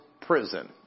Prison